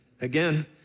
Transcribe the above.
again